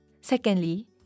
Secondly